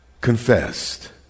confessed